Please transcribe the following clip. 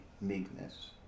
meekness